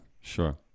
sure